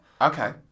Okay